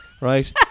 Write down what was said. right